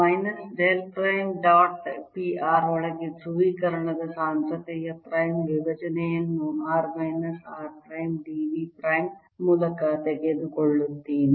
minus del prime dot p r ಒಳಗೆ ಧ್ರುವೀಕರಣದ ಸಾಂದ್ರತೆಯ ಪ್ರೈಮ್ ವಿಭಜನೆಯನ್ನು r minus r prime d v prime ಮೂಲಕ ತೆಗೆದುಕೊಳ್ಳುತ್ತೇನೆ